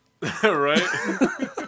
right